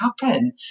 happen